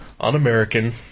un-American